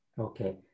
Okay